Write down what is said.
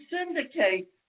syndicate